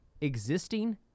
existing